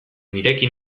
nirekin